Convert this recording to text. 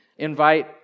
Invite